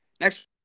Next